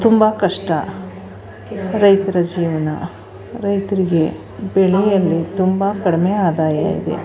ತುಂಬ ಕಷ್ಟ ರೈತರ ಜೀವನ ರೈತರಿಗೆ ಬೆಳೆಯಲ್ಲಿ ತುಂಬ ಕಡಿಮೆ ಆದಾಯ ಇದೆ